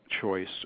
choice